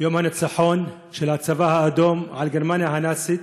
יום הניצחון של הצבא האדום על גרמניה הנאצית,